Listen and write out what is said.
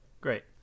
Great